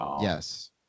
Yes